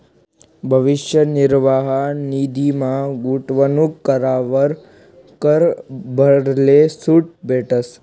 भविष्य निर्वाह निधीमा गूंतवणूक करावर कर भराले सूट भेटस